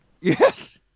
Yes